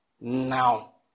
now